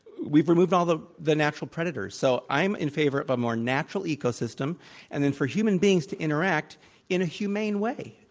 we've removed all the the natural predators. so i'm in favor of a more natural ecosystem and then for human beings to interact in a humane way